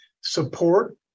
support